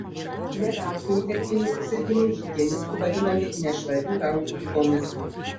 ne veltui infekciniai susirgimai higienistų vadinami nešvarių rankų ligomis